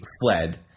fled